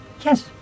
Yes